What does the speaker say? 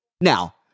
Now